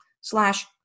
slash